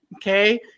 okay